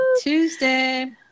Tuesday